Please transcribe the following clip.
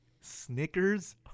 Snickers